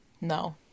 No